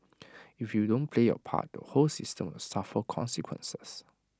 if you don't play your part the whole system will suffer consequences